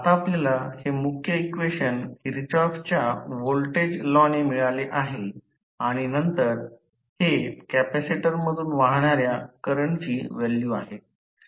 आता आपल्याला हे मुख्य इक्वेशन किर्चऑफ्सच्या व्होल्टेज लॉ ने मिळाले आहे आणि नंतर हे कॅपेसिटरमधून वाहणार्या करंटची व्हॅल्यू आहे